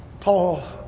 Paul